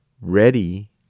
ready